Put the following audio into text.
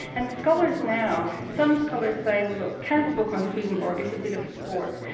and scholars now, some scholars say well look, kant's book on swedenborg is a bit of a sport',